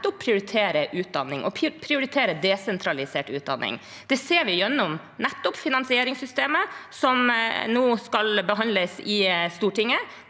prioriterer utdanning – og desentralisert utdanning. Det ser vi gjennom finansieringssystemet, som nå skal behandles i Stortinget,